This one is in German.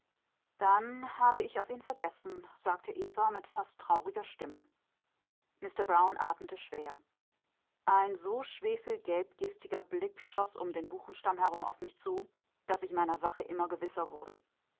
dann habe ich auf ihn vergessen sagte eva mit fast trauriger stimme mister brown atmete schwer ein so schwefelgelb giftiger blick schoß um den buchenstamm herum auf mich zu daß ich meiner sache immer gewisser wurde